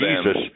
Jesus